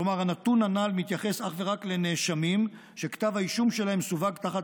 כלומר הנתון הנ"ל מתייחס אך ורק לנאשמים שכתב האישום שלהם סווג תחת